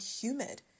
humid